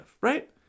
right